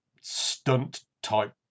stunt-type